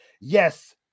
yes